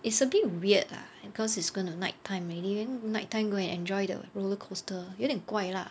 it's a bit weird lah because it's going to night time already night time go and enjoy the roller coaster 有一点怪 lah